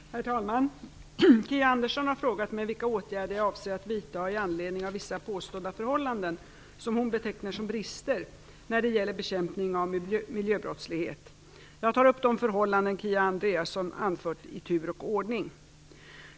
Herr talman! Kia Andreasson har frågat mig vilka åtgärder jag avser att vidta i anledning av vissa påstådda förhållanden, som hon betecknar som brister, när det gäller bekämpningen av miljöbrottslighet. Jag tar upp de förhållanden Kia Andreasson anfört i tur och ordning.